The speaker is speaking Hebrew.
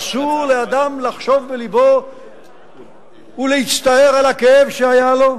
אסור לאדם לחשוב בלבו ולהצטער על הכאב שהיה לו.